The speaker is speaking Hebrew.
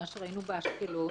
מה שראינו באשקלון,